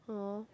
yeah lor